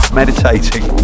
meditating